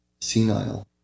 senile